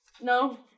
no